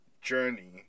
journey